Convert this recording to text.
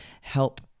help